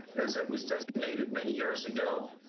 as it was designated many years ago.